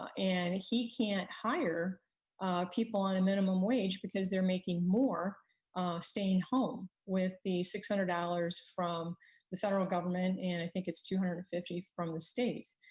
and he can't hire people on a minimum wage because they're making more staying home with the six hundred dollars from the federal government and i think it's two hundred and fifty from the state.